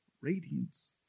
Radiance